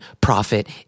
profit